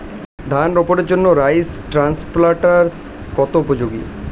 ধান রোপণের জন্য রাইস ট্রান্সপ্লান্টারস্ কতটা উপযোগী?